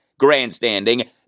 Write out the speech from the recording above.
grandstanding